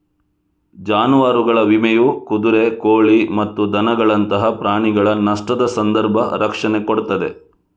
ಜಾನುವಾರುಗಳ ವಿಮೆಯು ಕುದುರೆ, ಕೋಳಿ ಮತ್ತು ದನಗಳಂತಹ ಪ್ರಾಣಿಗಳ ನಷ್ಟದ ಸಂದರ್ಭ ರಕ್ಷಣೆ ಕೊಡ್ತದೆ